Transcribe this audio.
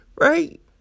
right